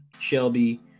Shelby